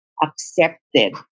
accepted